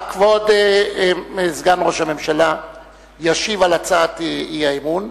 כבוד סגן ראש הממשלה ישיב על הצעת האי-אמון.